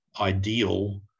ideal